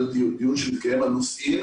דיון על נושאים